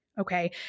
Okay